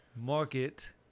market